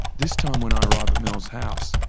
this time when i arrive at mel's house,